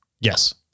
yes